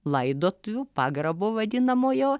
laidotuvių pagrabo vadinamojo